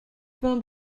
vint